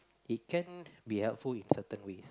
it can be helpful in certain ways